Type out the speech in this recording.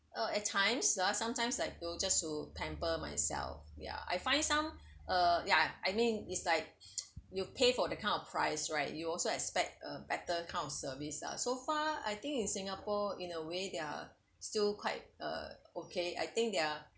uh at times ah sometimes like to just to pamper myself ya I find some uh ya I mean it's like you pay for the kind of price right you also expect a better kind service ah so far I think in singapore in a way they are still quite uh okay I think they are